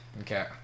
Okay